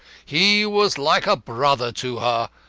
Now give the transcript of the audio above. he was like a brother to her,